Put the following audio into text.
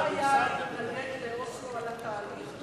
אפשר היה להתנגד לאוסלו על התהליך,